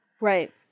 Right